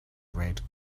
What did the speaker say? red